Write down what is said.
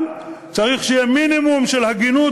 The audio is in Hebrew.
אבל צריך שיהיה מינימום של הגינות